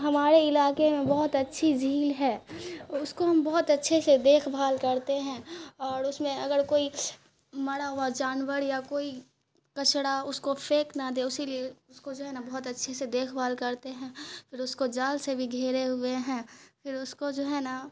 ہمارے علاقے میں بہت اچھی جھیل ہے اس کو ہم بہت اچھے شے دیکھ بھال کرتے ہیں اور اش میں اگر کوئی مرا ہوا جانور یا کوئی کچرا اس کو پھینک نہ دے اسی لیے اس کو جو ہے نا بہت اچھے سے دیکھ بھال کرتے ہیں پھر اس کو جال سے بھی گھیرے ہوئے ہیں پھر اس کو جو ہے نا